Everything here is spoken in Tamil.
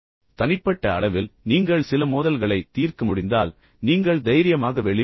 தனிப்பட்ட அளவில் நீங்கள் சில மோதல்களைத் தீர்க்க முடிந்தால் நீங்கள் தைரியமாக வெளிவரலாம்